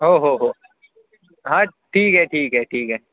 हो हो हो हां ठीक आहे ठीक आहे ठीक आहे